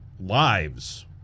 lives